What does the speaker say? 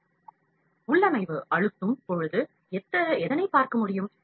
configuration ஐ click செய்யும்போது நாம் என்ன பார்க்க முடியும்